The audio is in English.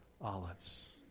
olives